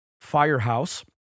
firehouse